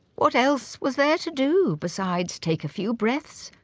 what else was there to do, besides take a few breaths,